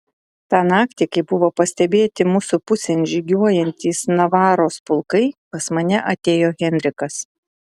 tą naktį kai buvo pastebėti mūsų pusėn žygiuojantys navaros pulkai pas mane atėjo henrikas